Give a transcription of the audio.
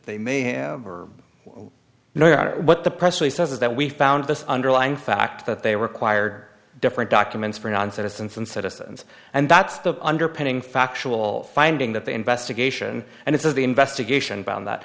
they may have no idea what the presley says is that we found this underlying fact that they required different documents for non citizens and citizens and that's the underpinning factual finding that the investigation and if the investigation found that